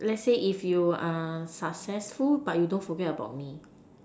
let's say if you successful but you don't forget about me